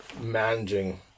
managing